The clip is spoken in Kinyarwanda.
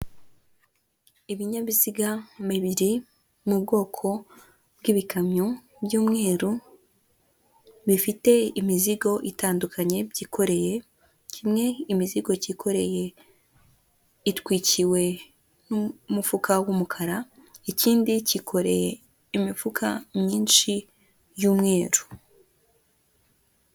Ibinyabiziga bibiri mu bwoko bw'ibikamyo by'umweru bifite imizigo itandukanye byikoreye kimwe imizigo cyikoreye itwikiwe n'umufuka w'umukara, ikindi kikoreye imifuka myinshi y'umweru.